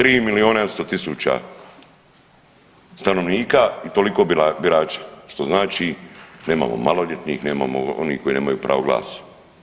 Tri miliona 800 tisuća stanovnika i toliko birača što znači nemamo maloljetnih nemamo onih koji nemaju pravo glasa.